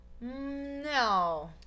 no